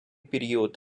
період